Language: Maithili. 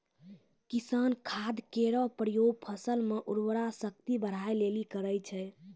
किसान खाद केरो प्रयोग फसल म उर्वरा शक्ति बढ़ाय लेलि करै छै